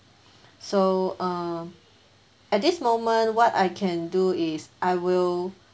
so uh at this moment what I can do is I will